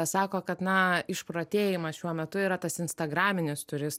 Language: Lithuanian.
sako kad na išprotėjimas šiuo metu yra tas instagraminis turis